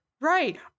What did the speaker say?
right